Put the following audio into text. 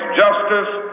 justice